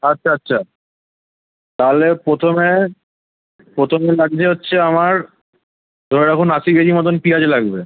আচ্ছা আচ্ছা তালে প্রথমে প্রথমে লাগজে হচ্ছে আমার ধরে রাখুন আশি কেজি মতোন পিঁয়াজ লাগবে